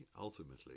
ultimately